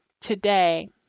today